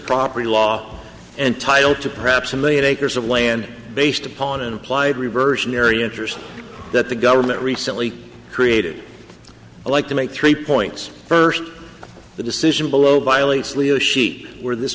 property law and title to perhaps a million acres of land based upon an implied reversionary interest that the government recently created alike to make three points first the decision below violates leo she where this